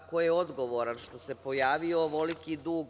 Ko je odgovoran što se pojavio ovoliki dug?